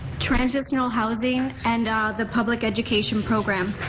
transitional housing, and the public education program.